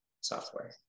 software